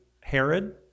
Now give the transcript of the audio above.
Herod